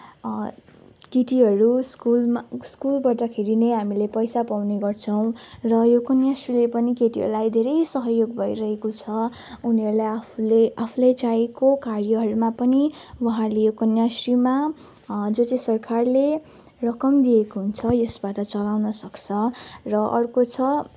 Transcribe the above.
केटीहरू स्कुलमा स्कुलबाट खेरि नै हामीले पैसा पाउने गर्छौँ र यो कन्याश्रीले पनि केटीहरूलाई सहयोग भइरहेको छ उनीहरूलाई आफूले आफूले चाहेको कार्यहरूमा पनि उहाँहरूले यो कन्याश्रीमा जो चाहिँ सरकारले रकम दिएको हुन्छ यसबाट चलाउन सक्छ र अर्को छ